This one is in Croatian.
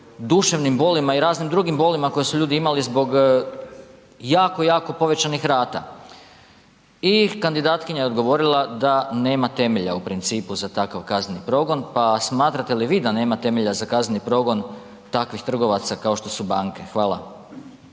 duševnim bolima i raznim drugim bolima koje su ljudi imali zbog jako, jako povećanih rata i kandidatkinja je odgovorila da nema temelja u principu za takav kazneni progon. Pa smatrate li vi da nema temelja za kazneni progon takvih trgovaca kao što su banke? Hvala.